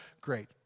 Great